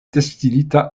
destinita